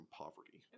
poverty